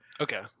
Okay